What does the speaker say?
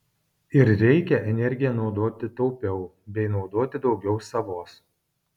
ir reikia energiją naudoti taupiau bei naudoti daugiau savos